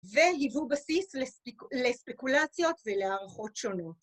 והיוו בסיס לספקולציות ולהערכות שונות.